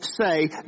say